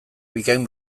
bikain